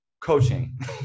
coaching